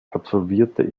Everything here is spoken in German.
absolvierte